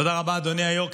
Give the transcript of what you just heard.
תודה רבה, אדוני היו"ר.